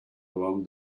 along